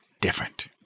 different